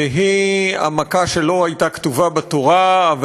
והיא המכה שלא הייתה כתובה בתורה אבל